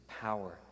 power